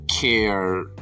care